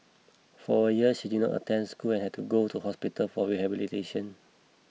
for a year she did not attend school and had to go to hospital for rehabilitation